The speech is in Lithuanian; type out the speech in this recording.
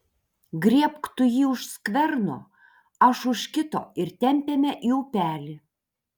griebk tu jį už skverno aš už kito ir tempiame į upelį